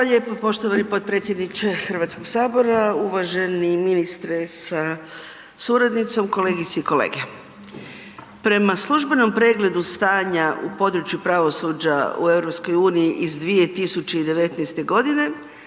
Hvala lijepa poštovani potpredsjedniče Hrvatskog sabora, uvaženi ministre sa suradnicom, kolegice i kolege. Prema službenom pregledu stanja u području pravosuđa u EU-u iz 2019. g.,